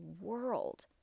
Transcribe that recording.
world